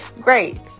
great